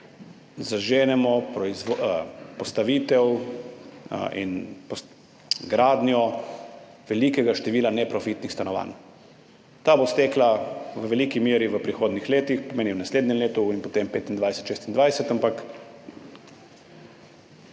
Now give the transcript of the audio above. zaženemo postavitev in gradnjo velikega števila neprofitnih stanovanj, ta bo stekla v veliki meri v prihodnjih letih, to pomeni v naslednjem letu in potem leta 2025, 2026, ampak